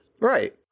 Right